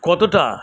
কতোটা